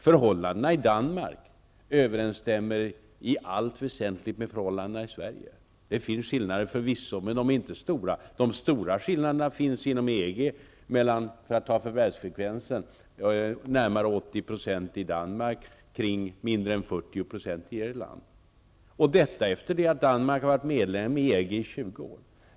Förhållandena i Danmark överensstämmer i allt väsentligt med förhållandena i Sverige. Det finns skillnader, men de är inte stora. De stora skillnaderna finns inom EG. Förvärvsfrekvensen är närmare 80 % i Danmark men mindre än 40 % i Irland. Så är förhållandet efter det att Danmark har varit medlem i EG i 20 år.